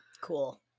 Cool